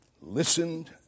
listened